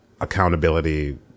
accountability